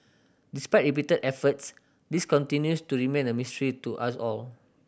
despite repeated efforts this continues to remain a mystery to us all